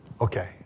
okay